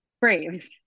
brave